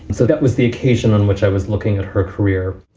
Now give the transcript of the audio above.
and so that was the occasion on which i was looking at her career.